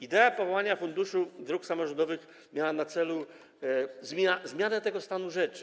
Idea powołania Funduszu Dróg Samorządowych miała na celu zmianę tego stanu rzeczy.